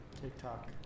TikTok